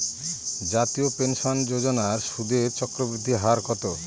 জাতীয় পেনশন যোজনার সুদের চক্রবৃদ্ধি হার কত?